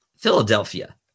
Philadelphia